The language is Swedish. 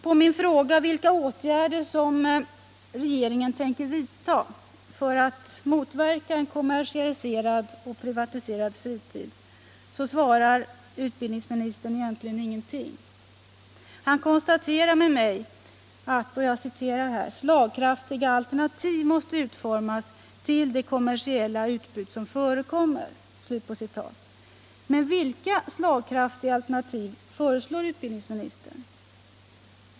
På min fråga vilka åtgärder som regeringen tänker vidta för att motverka en kommersialiserad och privatiserad fritid svarar utbildningsministern egentligen ingenting. Han konstaterar med mig att det måste utformas ”slagkraftiga alternativ till det kommersiella utbud som förekommer”. Men vilka slagkraftiga alternativ föreslår utbildningsministern?